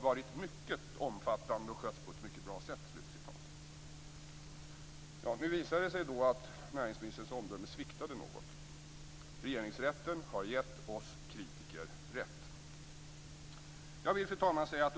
varit mycket omfattande och skötts på ett mycket bra sätt". Det visar sig nu att näringsministerns omdöme sviktade något. Regeringsrätten har gett oss kritiker rätt.